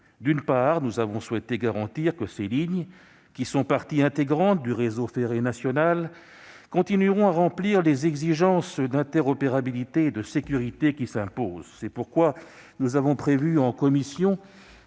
D'une part, nous avons souhaité garantir que ces lignes, qui sont partie intégrante du réseau ferré national, continueront à remplir les exigences d'interopérabilité et de sécurité qui s'imposent. C'est pourquoi nous avons prévu en commission